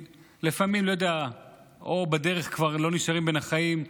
לפעמים אנשים שהיו בדרך לפעמים כבר לא נשארים בין החיים,